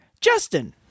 Justin